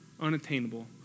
unattainable